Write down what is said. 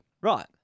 Right